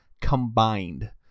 combined